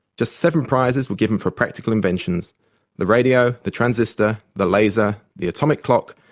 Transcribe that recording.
just seven prizes were given for practical inventions the radio, the transistor, the laser, the atomic clock,